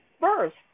first